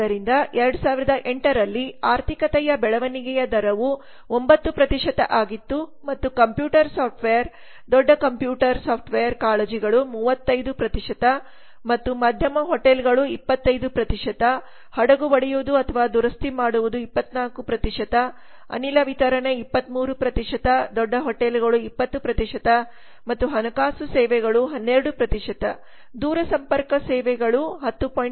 ಆದ್ದರಿಂದ 2008 ರಲ್ಲಿ ಆರ್ಥಿಕತೆಯ ಬೆಳವಣಿಗೆಯ ದರವು 9 ಆಗಿತ್ತು ಮತ್ತು ಕಂಪ್ಯೂಟರ್ ಸಾಫ್ಟ್ವೇರ್ ದೊಡ್ಡ ಕಂಪ್ಯೂಟರ್ ಸಾಫ್ಟ್ವೇರ್ ಕಾಳಜಿಗಳು 35 ಮತ್ತು ಮಧ್ಯಮ ಹೋಟೆಲ್ಗಳು 25 ಹಡಗು ಒಡೆಯುವುದು ಅಥವಾ ದುರಸ್ತಿ ಮಾಡುವುದು 24 ಅನಿಲ ವಿತರಣೆ 23 ದೊಡ್ಡ ಹೋಟೆಲ್ಗಳು 20 ಮತ್ತು ಹಣಕಾಸು ಸೇವೆಗಳು 12 ದೂರಸಂಪರ್ಕ ಸೇವೆಗಳು 10